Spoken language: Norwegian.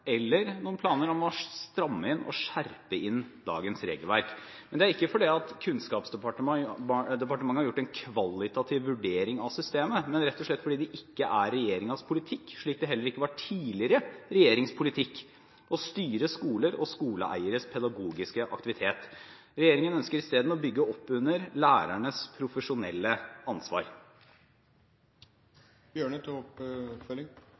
eller å stramme inn og skjerpe inn dagens regelverk. Men det er ikke fordi Kunnskapsdepartementet har gjort en kvalitativ vurdering av systemet, men rett og slett fordi det ikke er regjeringens politikk, slik det heller ikke var den tidligere regjeringens politikk å styre skolers og skoleeieres pedagogiske aktivitet. Regjeringen ønsker i stedet å bygge opp under lærernes profesjonelle